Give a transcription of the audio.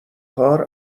کار